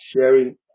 sharing